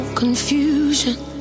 Confusion